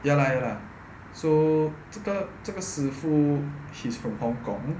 ya lah ya lah so 这个这个师傅 he's from hong kong